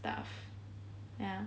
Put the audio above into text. ya